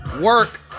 work